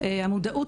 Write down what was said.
המודעות